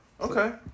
okay